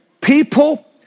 People